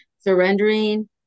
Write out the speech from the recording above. surrendering